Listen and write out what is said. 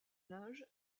linge